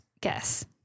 guess